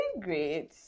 great